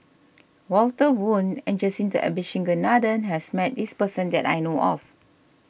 Walter Woon and Jacintha Abisheganaden has met this person that I know of